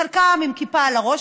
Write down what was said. חלקם עם כיפה על הראש,